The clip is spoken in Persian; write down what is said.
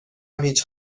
هیچ